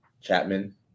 Chapman